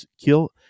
kill